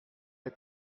est